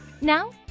Now